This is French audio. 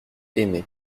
aimé